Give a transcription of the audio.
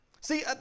See